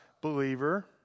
believer